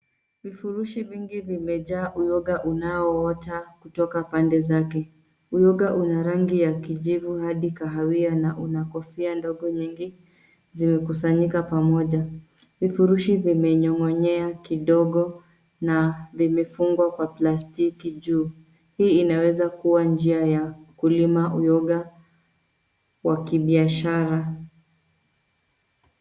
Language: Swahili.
Vifurushi vingi vimejaa uyoga unaoota kutoka pande zake. Uyoga una rangi ya kijivu hadi kahawia na una kofia ndogo nyingi zimekusanyika pamoja. Vifurushi vimenyong'onyea kidogo na vimefungwa kwa plastiki juu. Hii inaweza kuwa njia ya kulima uyoga wa kibiashara.